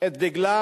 על דגלה,